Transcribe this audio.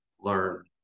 learn